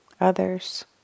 others